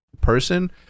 person